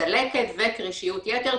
צלקת וקרישיות יתר,